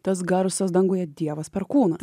tas garsas danguje dievas perkūnas